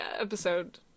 episode